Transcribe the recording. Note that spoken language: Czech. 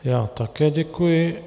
Já také děkuji.